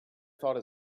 thought